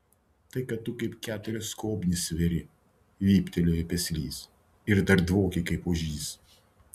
tai kad tu kaip keturios skobnys sveri vyptelėjo peslys ir dar dvoki kaip ožys